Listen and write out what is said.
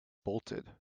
bolted